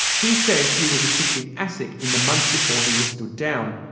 he says he was assisting asic in the months before he was stood down,